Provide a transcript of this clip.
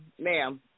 Ma'am